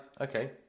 okay